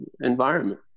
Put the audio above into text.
environment